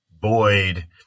Boyd